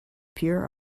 pure